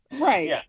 Right